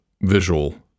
visual